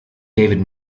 david